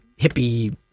hippie